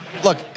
Look